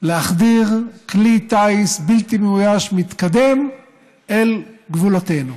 להחדיר כלי טיס בלתי מאויש מתקדם אל גבולותינו.